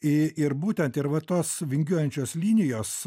i ir būtent ir va tos vingiuojančios linijos